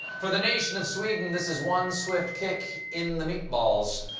for the nation of sweden, this is one swift kick in the meatballs.